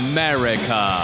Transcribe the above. America